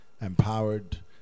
empowered